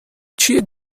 چیه